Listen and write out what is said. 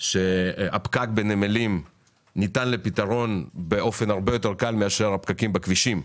שהפקק בנמלים ניתן לפתרון באופן הרבה יותר קל מאשר הפקקים בכבישים,